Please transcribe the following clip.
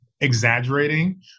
exaggerating